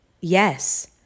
yes